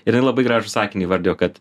ir jinai labai gražų sakinį įvardijo kad